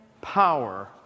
power